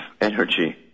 energy